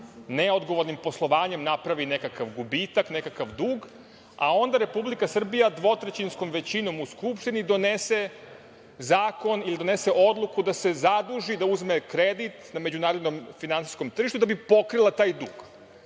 neodgovornim poslovanjem napravi nekakav gubitak, nekakav dug, a onda Republika Srbija dvotrećinskom većinom u Skupštini donese zakon ili donese odluku da se zaduži, da uzme kredit na međunarodnom finansijskom tržištu da bi pokrila taj dug.